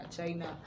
China